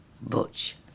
Butch